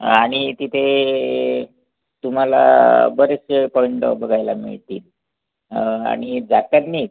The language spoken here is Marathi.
आणि तिथे तुम्हाला बरेचसे पॉईंट बघायला मिळतील आणि जातानाच